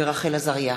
מרב מיכאלי,